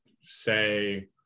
say